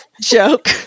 joke